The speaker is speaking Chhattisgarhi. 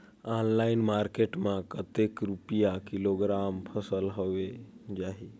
ऑनलाइन मार्केट मां कतेक रुपिया किलोग्राम फसल हवे जाही?